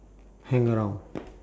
hang around